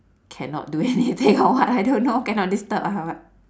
cannot do anything or what I don't know cannot disturb ah what